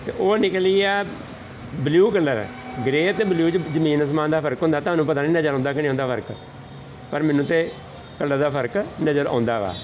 ਅਤੇ ਉਹ ਨਿਕਲੀ ਆ ਬਲੂ ਕਲਰ ਗ੍ਰੇ ਅਤੇ ਬਲੂ 'ਚ ਜ਼ਮੀਨ ਅਸਮਾਨ ਦਾ ਫਰਕ ਹੁੰਦਾ ਤੁਹਾਨੂੰ ਪਤਾ ਨਹੀਂ ਨਜ਼ਰ ਆਉਂਦਾ ਕਿ ਨਹੀਂ ਆਉਂਦਾ ਫਰਕ ਪਰ ਮੈਨੂੰ ਤਾਂ ਕਲਰ ਦਾ ਫਰਕ ਨਜ਼ਰ ਆਉਂਦਾ ਵਾ